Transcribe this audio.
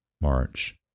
march